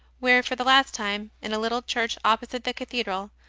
where for the last time, in a little church opposite the cathedral,